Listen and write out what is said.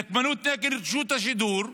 נקמנות נגד רשות השידור,